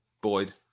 Boyd